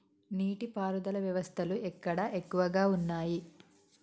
నీటి పారుదల వ్యవస్థలు ఎక్కడ ఎక్కువగా ఉన్నాయి?